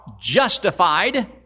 justified